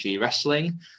wrestling